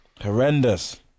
Horrendous